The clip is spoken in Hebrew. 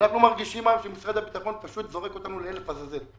אנחנו מרגישים היום שמשרד הביטחון פשוט זורק אותנו לעזאזל.